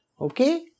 Okay